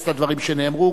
דברים שנאמרו,